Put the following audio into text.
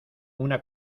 una